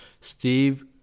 Steve